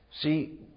See